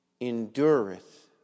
endureth